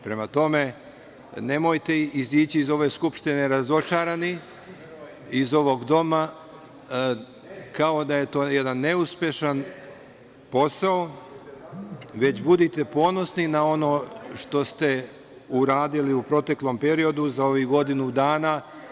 Prema tome, nemojte izaći iz ove Skupštine razočarani, iz ovog doma, kao da je to jedan neuspešan posao, već budite ponosni na ono što ste uradili u proteklom periodu za ovih godinu dana.